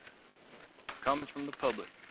comments from the public?